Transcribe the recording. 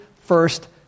first